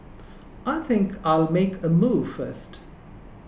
I think I'll make a move first